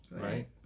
right